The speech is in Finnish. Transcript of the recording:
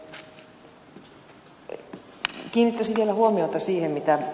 kiinnittäisin vielä huomiota siihen mitä ed